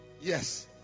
Yes